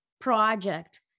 project